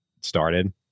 started